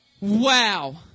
wow